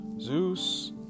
Zeus